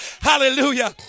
Hallelujah